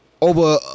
over